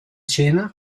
cena